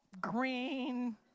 green